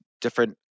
different